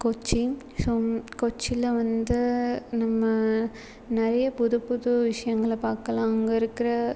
Cochin so கொச்சியில் வந்து நம்ம நிறைய புது புது விஷயங்கள பார்க்கலாம் அங்கே இருக்கிற